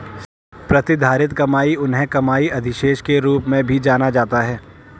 प्रतिधारित कमाई उन्हें कमाई अधिशेष के रूप में भी जाना जाता है